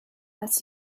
als